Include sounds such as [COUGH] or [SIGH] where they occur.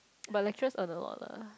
[NOISE] but lecturers earn a lot lah